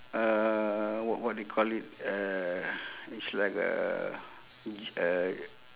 uh w~ what do you call it uh it's like a g~ uh